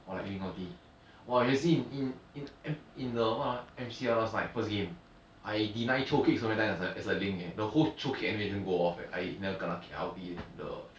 or like ling !wah! you see in in in in the what ah M_C_L last night first game I deny chou so many times as a as a link eh the whole chou kick animation go off eh I never kena kick I_L_T leh the chou kick